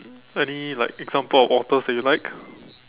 any like example of authors that you like